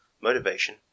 motivation